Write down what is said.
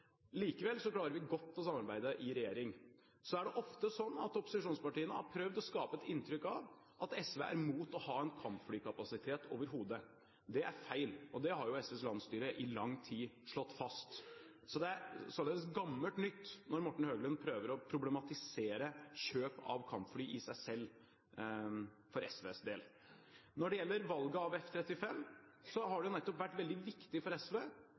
Likevel klarer vi godt å samarbeide i regjering. Opposisjonspartiene har ofte prøvd å skape et inntrykk av at SV er mot å ha en kampflykapasitet overhodet. Det er feil, og det har SVs landsstyre i lang tid slått fast. Det er således gammelt nytt når Morten Høglund prøver å problematisere kjøp av kampfly i seg selv for SVs del. Når det gjelder valget av F-35, har det jo nettopp vært veldig viktig for SV